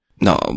no